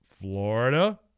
Florida